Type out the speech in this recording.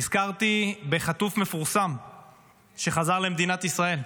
נזכרתי בחטוף מפורסם שחזר למדינת ישראל,